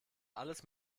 alles